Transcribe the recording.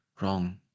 wrong